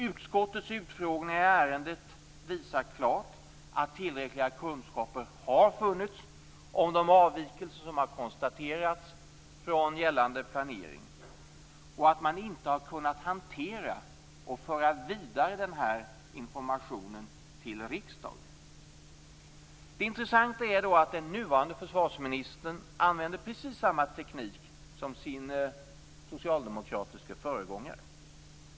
Utskottets utfrågningar i ärendet visar klart att tillräckliga kunskaper har funnits om de avvikelser som har konstaterats från gällande planering och att man inte har kunnat hantera och föra vidare den informationen till riksdagen. Det intressanta är att den nuvarande försvarsministern använder precis samma teknik som sin socialdemokratiske föregångare.